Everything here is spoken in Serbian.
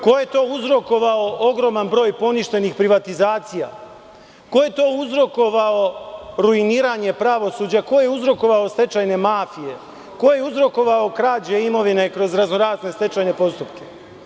Ko je to uzrokovao ogroman broj poništenih privatizacija, ko je uzrokovao ruiniranje pravosuđa, ko je uzrokovao stečajne mafije, ko je uzrokovao krađe imovine kroz razno-razne stečajne postupke?